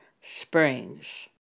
Springs